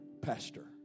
pastor